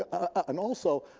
ah and also